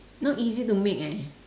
not easy to make eh